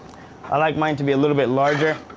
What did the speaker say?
i like mine to be a little bit larger.